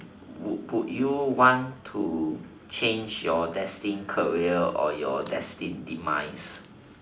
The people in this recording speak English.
would would you want to change your destine career or your destine demise